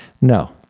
No